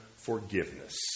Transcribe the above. Forgiveness